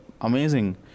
amazing